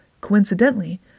Coincidentally